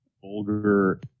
vulgar